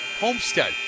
Homestead